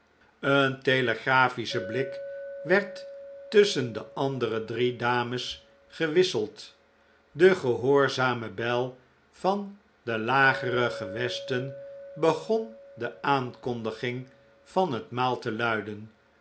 een telegraphische blik werd tusschen de andere drie dames gewisseld de gehoorzame bel van de lagere gewesten begon de aankondiging van het maal te luiden